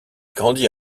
grandit